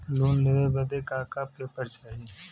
Loan लेवे बदे का का पेपर चाही?